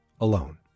alone